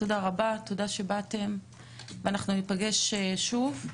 תודה שבאתם ואנחנו ניפגש שוב.